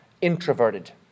introverted